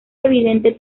evidente